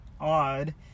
odd